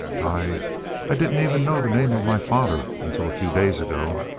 i i didn't even know the name of my father until a few days ago.